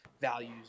values